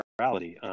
reality